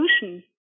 solution